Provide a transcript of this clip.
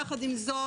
יחד עם זאת,